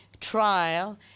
trial